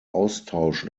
austausch